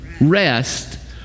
rest